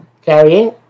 carrying